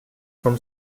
from